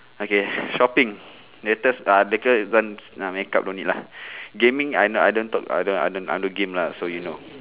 okay shopping latest ah latest even uh makeup no need lah gaming I not I don't talk I don't I don't game lah so you know